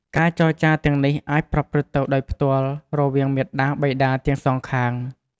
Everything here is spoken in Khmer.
ការចរចារទាំងនេះអាចប្រព្រឹត្តទៅដោយផ្ទាល់ រវាងមាតាបិតាទាំងសងខាង។